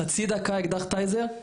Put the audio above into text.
חצי דקה אקדח טייזר?